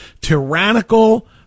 tyrannical